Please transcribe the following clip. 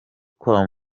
kwa